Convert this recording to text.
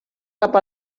cap